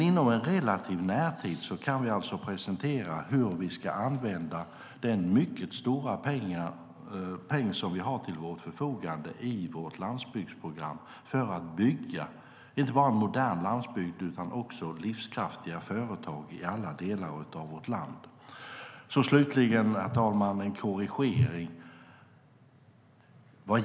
Inom en relativ närtid kan vi dock presentera hur vi ska använda den mycket stora peng vi har till vårt förfogande i vårt landsbygdsprogram för att bygga inte bara modern landsbygd utan också livskraftiga företag i alla delar av vårt land. Slutligen vill jag göra en korrigering, herr talman.